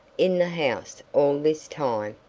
in the house all this time,